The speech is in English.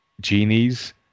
genies